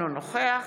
אינו נוכח